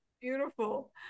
Beautiful